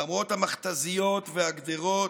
למרות המכת"זיות והגדרות,